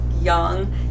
young